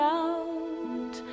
out